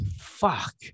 fuck